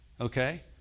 Okay